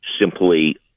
simply